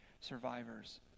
survivors